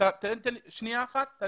תן לי להסביר.